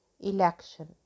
election